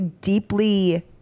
deeply